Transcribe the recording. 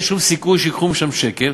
אין שום סיכוי שייקחו משם שקל,